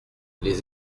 les